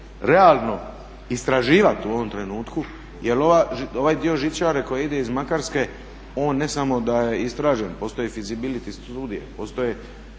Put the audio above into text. realno istraživati u ovom trenutku jer ovaj dio žičare koji ide iz Makarske, on ne samo da je istražen, postoje fizibiliti studije, postoji